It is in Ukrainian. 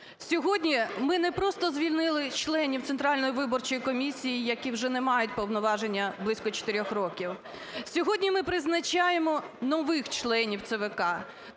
сьогодні ми не просто звільнили членів Центральної виборчої комісії, які вже не мають повноважень близько 4 років, сьогодні ми призначаємо нових членів ЦВК.